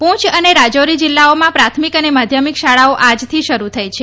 પંછ અને રાજારી જિલ્લાઓમાં પ્રાથમિક અને માધ્યમિક શાળાઓ આજથી શરૂ થઈ છે